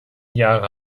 jahre